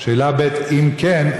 שאלה ב': אם כן,